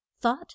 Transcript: thought